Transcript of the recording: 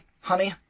honey